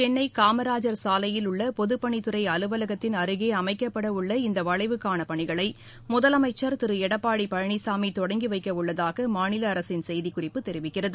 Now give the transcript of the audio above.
சென்னை காமராஜர் சாலையில் உள்ள பொதுப்பணித்துறை அலுவலகத்தின் அருகே அமைக்கப்படவுள்ள இந்த வளைவுக்கான பணிகளை முதலமைச்சர் திரு எடப்பாடி பழனிசாமி தொடங்கி வைக்கவுள்ளதாக மாநில அரசின் செய்திக்குறிப்பு தெரிவிக்கிறது